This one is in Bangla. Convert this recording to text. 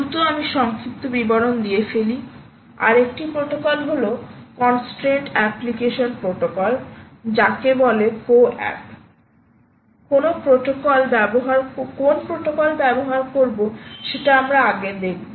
দ্রুত আমি সংক্ষিপ্ত বিবরণ দিয়ে ফেলি আরেকটি প্রটোকল হল কনস্ট্রেনট অ্যাপ্লিকেশন প্রটোকল যাকে বলে কো অ্যাপ কোন প্রটোকল ব্যবহার করব সেটা আমরা আগে দেখব